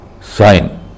sign